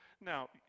Now